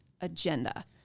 agenda